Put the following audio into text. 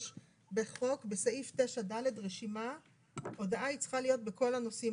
יש בחוק בסעיף 9(ד) רשימה שההודעה צריכה להיות בכל הנושאים